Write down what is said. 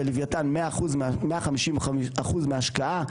בלווייתן 150% מהשקעה.